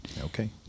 Okay